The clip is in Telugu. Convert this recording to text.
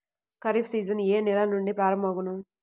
ఖరీఫ్ సీజన్ ఏ నెల నుండి ప్రారంభం అగును?